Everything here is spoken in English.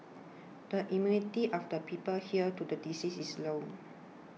the immunity of the people here to the disease is low